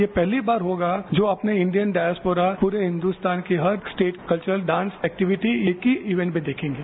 यह पहली बार होगा जो अपने इंडियन डायसपोरा पूरे हिन्दूस्तान की हर स्टेट कल्चरल डांस एक्टिविटी की इवेंट भी देखेंगे